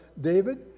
David